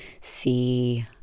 see